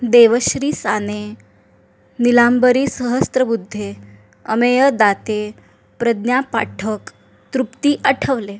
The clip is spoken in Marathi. देवश्री साने नीलांबरी सहस्रबुद्धे अमेय दाते प्रज्ञा पाठक तृप्ती आठवले